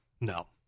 No